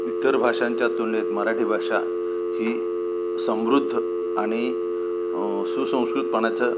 इतर भाषांच्या तुलनेत मराठी भाषा ही समृद्ध आणि सुसंस्कृतपणाचं